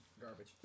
garbage